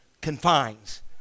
confines